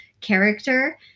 character